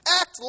Act